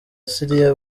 siriya